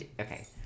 Okay